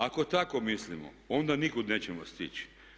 Ako tako mislimo onda nikud nećemo stići.